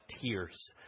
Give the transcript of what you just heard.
tears